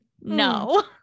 no